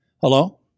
Hello